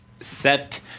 set